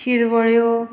शिरवळ्यो